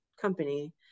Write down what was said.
company